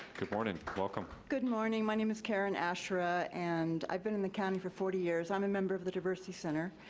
good morning, welcome. good morning. my name is karen astra, and i've been in the county for forty years. i'm a member of the diversity center,